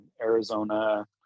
Arizona